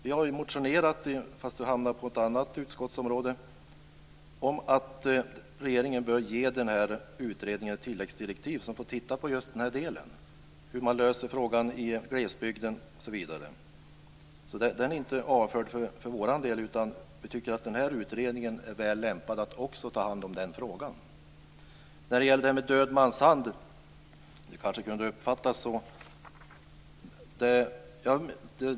Vi har motionerat - men det har hamnat på ett annat utskottsområde - om att regeringen bör ge utredningen ett tilläggsdirektiv om att titta på just den här delen, om hur man löser frågan i glesbygden, osv. Frågan är inte avförd för vår del, utan vi tycker att utredningen är väl lämpad att också ta hand om den frågan. När det gäller det här med död mans hand kunde det kanske uppfattas så.